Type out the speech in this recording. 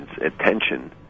attention